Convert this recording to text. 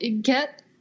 get